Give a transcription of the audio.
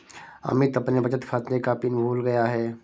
अमित अपने बचत खाते का पिन भूल गया है